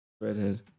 redhead